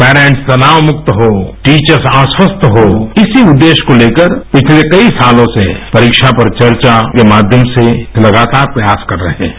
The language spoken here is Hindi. पैरेंट्स तनाव मुक्त हों टीचर्स आश्वस्त हों इसी उद्देश्य को लेकर पिछले कई सालों से परीक्षा पर चर्चा के माध्यम से लगातार प्रयास कर रहे हैं